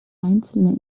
einzelne